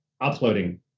uploading